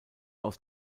aus